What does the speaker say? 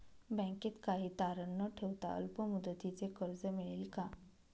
बँकेत काही तारण न ठेवता अल्प मुदतीचे कर्ज मिळेल का?